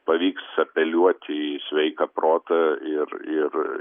pavyks apeliuoti į sveiką protą ir ir